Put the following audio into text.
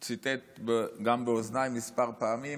הוא גם ציטט באוזניי כמה פעמים